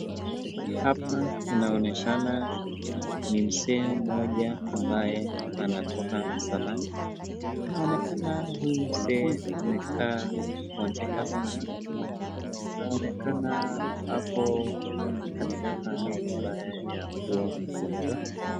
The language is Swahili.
Hapa anaonekana mzee mmoja ambaye anatoka msalani inaonekana huyu mzee amekaa kungojeka sana inaonekana ako katika hali mbaya ya kuwa mgonjwa.